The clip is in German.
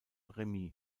remis